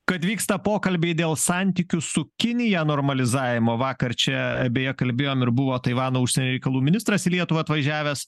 kad vyksta pokalbiai dėl santykių su kinija normalizavimo vakar čia beje kalbėjom ir buvo taivano užsienio reikalų ministras į lietuvą atvažiavęs